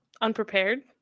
Unprepared